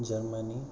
Germany